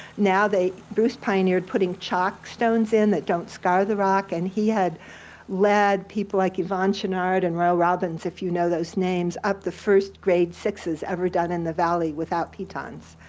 now bruce pioneered putting chalk stones in that don't scar the rock, and he had led people like yvon chouinard and royal robbins, if you know those names, up the first grade sixes ever done in the valley without pitons.